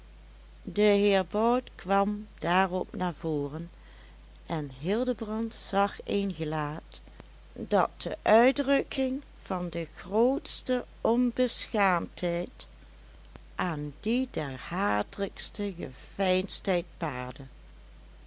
de heer bout kwam daarop naar voren en hildebrand zag een gelaat dat de uitdrukking van de grootste onbeschaamdheid aan die der hatelijkste geveinsdheid paarde